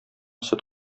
сөт